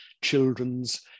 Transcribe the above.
children's